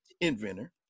inventor